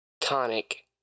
tonic